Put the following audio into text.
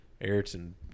Ayrton